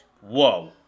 Whoa